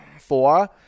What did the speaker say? Four